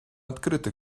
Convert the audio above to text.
открыты